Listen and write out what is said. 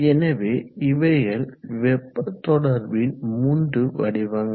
எனவே இவைகள் வெப்ப தொடர்பின் மூன்று வடிவங்கள்